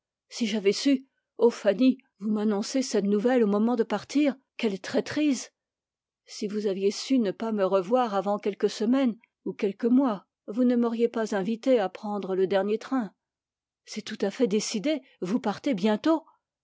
récria vous m'annoncez cette nouvelle au moment de partir quelle traîtrise si vous aviez su ne pas me revoir avant quelques semaines ou quelques mois vous ne m'auriez pas invitée à prendre le dernier train c'est décidé vous partez bientôt